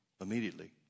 immediately